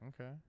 Okay